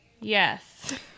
yes